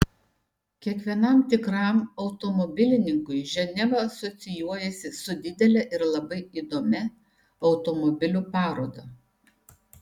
kiekvienam tikram automobilininkui ženeva asocijuojasi su didele ir labai įdomia automobilių paroda